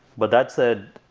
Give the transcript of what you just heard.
but that said,